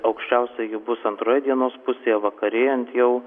aukščiausia ji bus antroje dienos pusėje vakarėjant jau